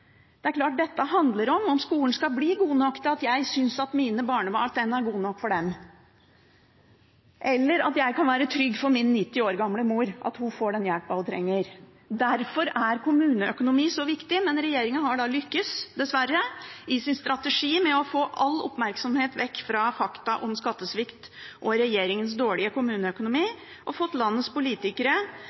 Det er klart at dette handler om at skolen skal bli god nok til at jeg synes den er god nok for mine barnebarn, eller at jeg kan være trygg for at min 90 år gamle mor får den hjelpen hun trenger. Derfor er kommuneøkonomi så viktig, men regjeringen har dessverre lyktes i sin strategi med å få all oppmerksomhet bort fra fakta om skattesvikt og regjeringens dårlige kommuneøkonomi og fått landets politikere,